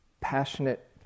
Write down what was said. passionate